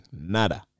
nada